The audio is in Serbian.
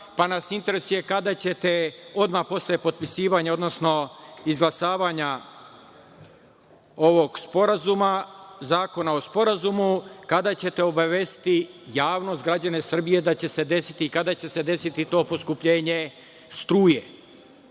pa nas interesuje kada ćete, odmah posle potpisivanja, odnosno izglasavanja ovog zakona o sporazumu, kada ćete obavestiti građane Srbije da će se desiti i kada će se desiti to poskupljenje struje,